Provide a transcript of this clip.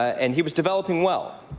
and he was developing well.